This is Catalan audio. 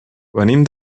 venim